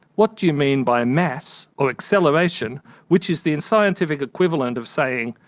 what do you mean by mass, or acceleration which is the and scientific equivalent of saying,